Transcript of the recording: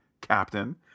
captain